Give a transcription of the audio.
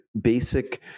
basic